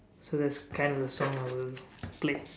so that's kind of the song I will play